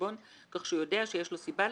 חשבון